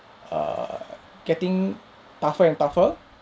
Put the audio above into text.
err getting tougher and tougher